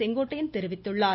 செங்கோட்டையன் தெரிவித்துள்ளார்